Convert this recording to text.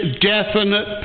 definite